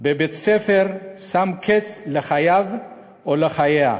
בבית-ספר שם קץ לחייו או לחייה.